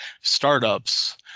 startups